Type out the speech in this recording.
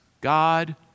God